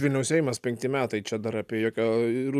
vilniaus seimas penkti metai čia dar apie jokią ru